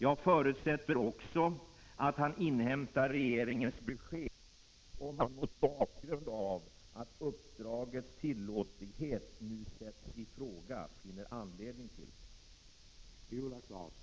Jag förutsätter också att han inhämtar regeringens besked, om han mot bakgrund av att uppdragets tillåtlighet nu sätts i fråga finner anledning till det.